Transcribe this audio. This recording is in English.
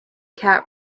cat